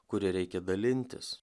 kuria reikia dalintis